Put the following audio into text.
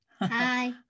Hi